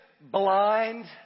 Blind